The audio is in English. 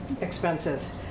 expenses